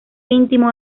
íntimo